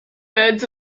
birds